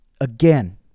Again